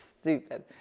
Stupid